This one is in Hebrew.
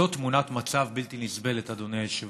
זאת תמונת מצב בלתי נסבלת, אדוני היושב-ראש.